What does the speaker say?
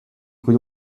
could